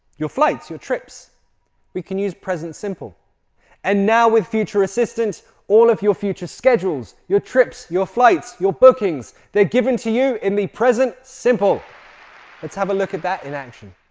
your flights, your trips we can use present simple and now with future assistant all of your future schedules your trips your flights your bookings they're given to you in the present simple let's have a look at that in action!